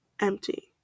empty